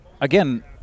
again